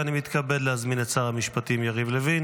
אני מתכבד להזמין את שר המשפטים יריב לוין